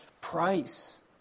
price